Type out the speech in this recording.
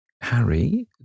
Harry